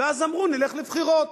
ואז אמרו: נלך לבחירות.